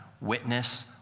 witness